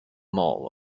mall